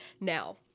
Now